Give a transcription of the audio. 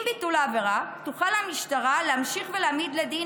עם ביטול העבירה תוכל המשטרה להמשיך להעמיד לדין